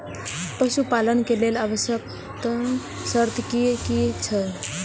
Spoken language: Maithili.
पशु पालन के लेल आवश्यक शर्त की की छै?